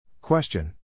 Question